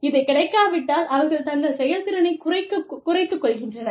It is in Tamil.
இது கிடைக்காவிட்டால் அவர்கள் தங்கள் செயல் திறனை குறைத்துக் கொள்கின்றனர்